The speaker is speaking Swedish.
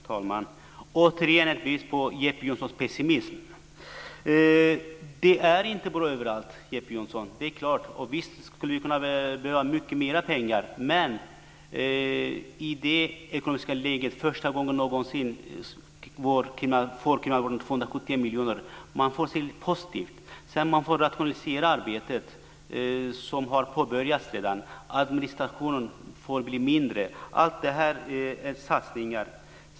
Fru talman! Återigen har vi fått ett bevis på Jeppe Johnssons pessimism. Det är klart att det inte är bra överallt, Jeppe Johnsson, och visst skulle vi behöva mycket mera pengar. Men i det här ekonomiska läget ger vi för första gången kriminalvården 270 miljoner. Man får se lite positivt på detta. Arbetet med att rationalisera arbetet har redan påbörjats. Administrationen får bli mindre, och det görs satsningar.